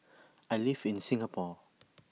I live in Singapore